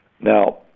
Now